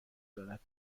دارد